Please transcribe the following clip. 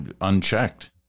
unchecked